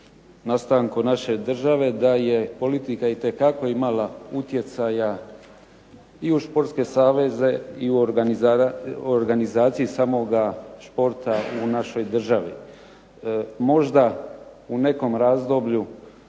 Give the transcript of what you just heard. nastanku naše države da je politika itekako imala utjecaja i u športske saveze i u organizaciji samoga športa u našoj državi. Možda u nekom razdoblju,